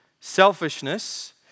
Selfishness